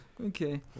Okay